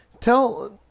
tell